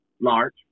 Large